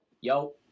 Yo